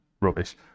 rubbish